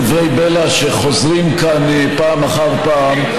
דברי בלע שחוזרים כאן פעם אחר פעם.